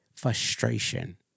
frustration